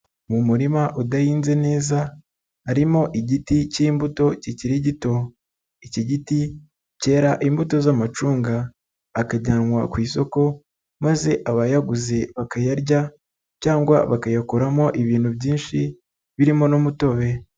Mu murima udahinze neza, harimo igiti cy'imbuto kikiri gito, iki giti cyera imbuto z'amacunga, akajyanwa ku isoko maze abayaguze bakayarya cyangwa bakayakoramo ibintu byinshi birimo n'umutobe.